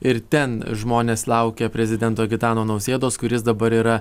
ir ten žmonės laukia prezidento gitano nausėdos kuris dabar yra